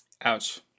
Ouch